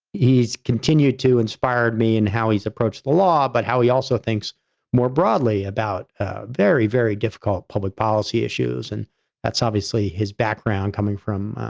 he's continued to inspired me and how he's approached the law, but how he also thinks more broadly about ah very, very difficult public policy issues. and that's obviously his background coming from